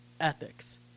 ethics